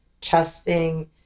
trusting